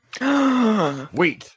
Wait